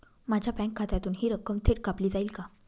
माझ्या बँक खात्यातून हि रक्कम थेट कापली जाईल का?